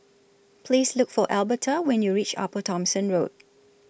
Please Look For Alberta when YOU REACH Upper Thomson Road